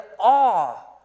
awe